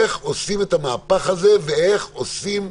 איך עושים את המהפך הזה ואיך עושים,